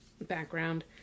background